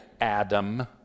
Adam